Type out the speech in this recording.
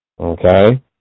Okay